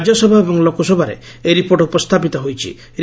ଉଭୟ ରାଜ୍ୟସଭା ଏବଂ ଲୋକସଭାରେ ଏହି ରିପୋର୍ଟ ଉପସ୍ରାପିତ ହୋଇଛି